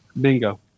Bingo